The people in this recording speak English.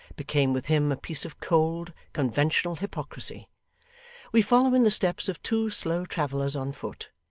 became with him a piece of cold, conventional hypocrisy we follow in the steps of two slow travellers on foot,